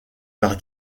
par